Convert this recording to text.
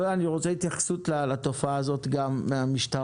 אני רוצה התייחסות לתופעה הזאת גם מהמשטרה,